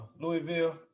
Louisville